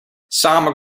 samen